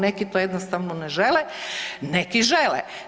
Neki to jednostavno ne žele, neki žele.